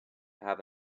have